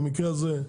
במקרה הזה,